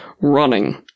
running